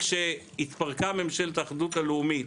כשהתפרקה ממשלת האחדות הלאומית,